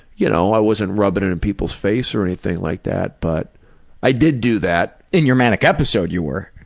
you know, i wasn't rubbing it in people's face or anything like that. but i didn't do that. in your manic episode you were.